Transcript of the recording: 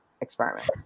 experiment